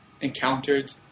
encountered